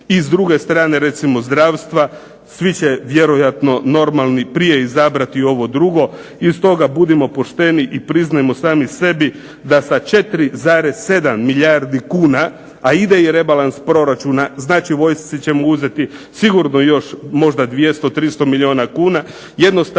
i s druge strane recimo zdravstva, svi će vjerojatno normalni prije izabrati ovo drugo. I stoga budimo pošteni i priznajmo sami sebi da sa 4,7 milijardi kuna, a ide i rebalans proračuna znači vojsci ćemo uzeti sigurno još možda 200, 300 milijuna kuna, jednostavno